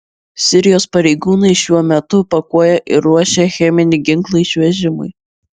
sirijos pareigūnai šiuo metu pakuoja ir ruošia cheminį ginklą išvežimui